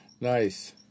Nice